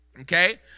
Okay